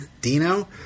Dino